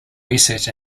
research